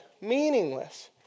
meaningless